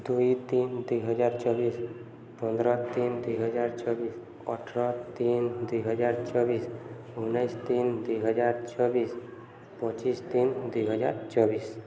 ଦୁଇ ତିନି ଦୁଇହଜାର ଚବିଶ ପନ୍ଦର ତିନି ଦୁଇହଜାର ଚବିଶ ଅଠର ତିନି ଦୁଇହଜାର ଚବିଶ ଉଣେଇଶ ତିନି ଦୁଇହଜାର ଚବିଶ ପଚିଶ ତିନି ଦୁଇହଜାର ଚବିଶ